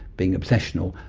being obsessional,